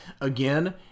Again